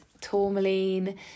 tourmaline